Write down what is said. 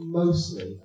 mostly